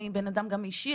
אני בן אדם אישי,